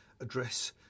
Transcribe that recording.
address